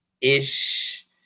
ish